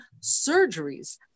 surgeries